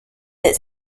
its